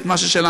את מה ששלנו.